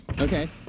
Okay